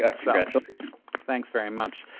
ah congratulations. thanks very much.